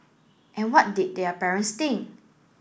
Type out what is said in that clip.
and what did their parents think